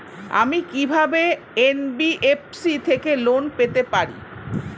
আমি কি কিভাবে এন.বি.এফ.সি থেকে লোন পেতে পারি?